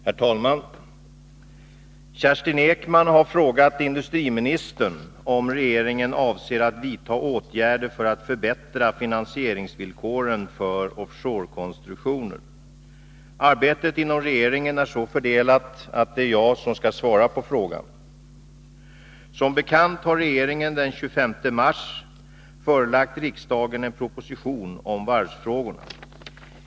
Herr talman! Kerstin Ekman har frågat industriministern om regeringen avser att vidta åtgärder för att förbättra finansieringsvillkoren för offshorekonstruktioner. Arbetet inom regeringen är så fördelat att det är jag som skall svara på frågan. Som bekant har regeringen den 25 mars 1983 förelagt riksdagen en proposition om varvsfrågorna.